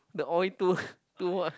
the oil tour tour